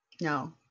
No